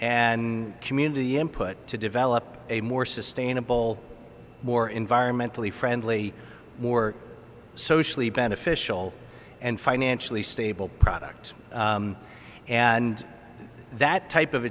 and community input to develop a more sustainable more environmentally friendly more socially beneficial and financially stable product and that type of